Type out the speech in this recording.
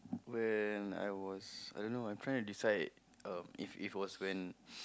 ya I was I dunno I trying to decide it was when